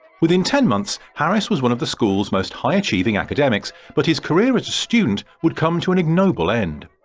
within ten months harris was one of the schools most high achieving academics but his career as a student would come to an ignoble end.